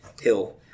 hill